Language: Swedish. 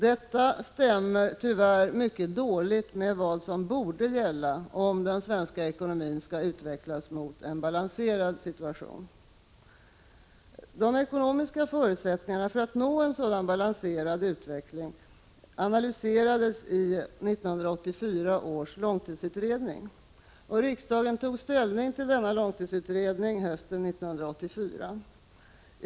Detta stämmer tyvärr mycket dåligt med vad som borde gälla om den svenska ekonomin skall utvecklas mot en balanserad situation. De ekonomiska förutsättningarna för att nå en sådan balanserad utveckling analyserades i 1984 års långtidsutredning. Riksdagen tog ställning till denna hösten 1984.